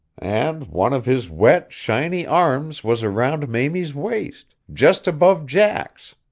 and one of his wet, shiny arms was round mamie's waist, just above jack's.